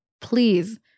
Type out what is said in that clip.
please